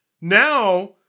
Now